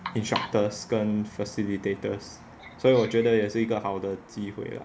instructors 跟 facilitators 所以我觉得也是个好的机会 lah